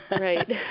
Right